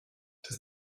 does